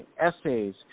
essays